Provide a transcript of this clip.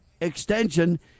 extension